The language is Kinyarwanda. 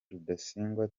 rudasingwa